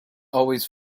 always